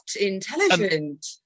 intelligent